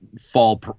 fall